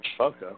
Okay